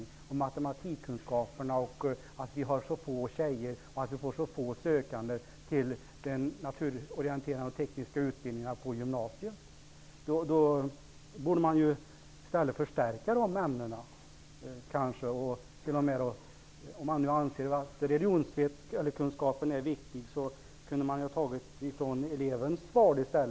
Det gäller matematikkunskaperna och att vi får så få sökande -- speciellt flickor -- till de naturorienterande och tekniska utbildningarna på gymnasiet. Vi borde kanske i stället förstärka de ämnena. Om man anser att religionskunskapen är viktig kunde man i stället ha tagit timmar från elevens val och lagt där.